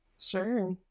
Sure